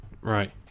Right